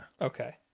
Okay